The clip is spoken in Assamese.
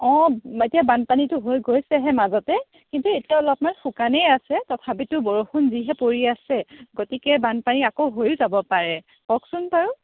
অ এতিয়া বানপানীটো হৈ গৈছেহে মাজতে কিন্তু এতিয়া অলপমান শুকানে আছে তথাপিতো বৰষুণ যিহে পৰি আছে গতিকে বানপানী আকৌ হৈয়ো যাব পাৰে কওকচোন বাৰু